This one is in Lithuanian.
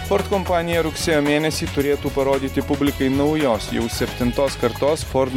ford kompanija rugsėjo mėnesį turėtų parodyti publikai naujos jau septintos kartos ford